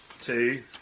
two